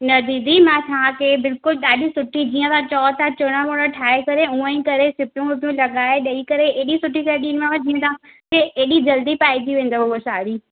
न दीदी मां तव्हांखे बिल्कुलु ॾाढी सुठी जीअं तव्हां चहो ता चूड़ा वूड़ा ठाहे करे ऊअंई करे सिपियूं विपियूं लॻाये ॾेई करे एॾी सुठी शइ ॾींदीमांव जीअं तव्हांखे एॾी जल्दी पाइजी वेंदव उहा साड़ी